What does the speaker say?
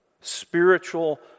Spiritual